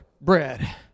Bread